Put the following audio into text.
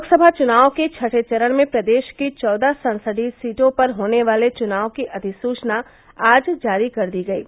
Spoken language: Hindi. लोकसभा चुनाव के छठें चरण में प्रदेश की चौदह संसदीय सीटों पर होने वाले चुनाव की अधिसूचना आज जारी कर दी गयी